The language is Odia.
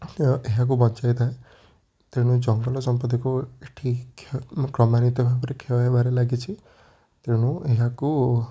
ତ ଏହାକୁ ବଞ୍ଚେଇଥାଏ ତେଣୁ ଜଙ୍ଗଲ ସମ୍ପତ୍ତିକୁ ଏଠି କ୍ଷୟ କ୍ରମାନ୍ୱିତ ଭାବରେ କ୍ଷୟ ହେବାରେ ଲାଗିଛି ତେଣୁ ଏହାକୁ